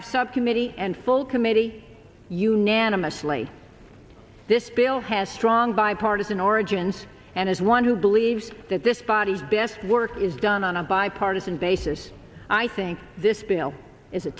of subcommittee and full committee unanimously this bill has strong bipartisan origins and as one who believes that this body best work is done on a bipartisan basis i think this bill is a